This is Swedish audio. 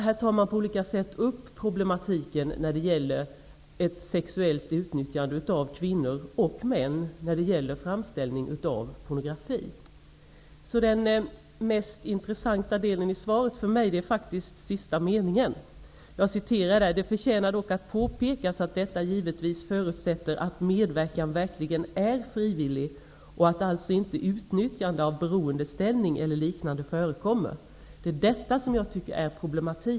Här tar man på olika sätt upp problematiken när det gäller sexuellt utnyttjande av kvinnor och män vid framställning av pornografi. Den mest intressanta delen i svaret är för mig den sista meningen. ''Det förtjänar dock att påpekas att detta givetvis förutsätter att medverkan verkligen är frivillig och att alltså inte utnyttjande av beroendeställning eller liknande förekommer.'' Det är detta som jag anser är ett problem.